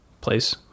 place